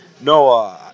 No